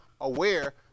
aware